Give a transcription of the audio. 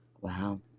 Wow